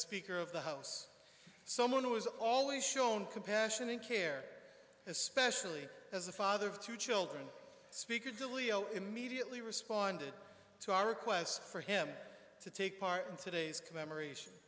speaker of the house someone who has always shown compassion and care especially as the father of two children speaker julio immediately responded to our request for him to take part in today's commemoration